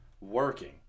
working